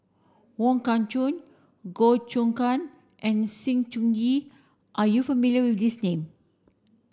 Wong Kah Chun Goh Choon Kang and Sng Choon Yee are you familiar with these name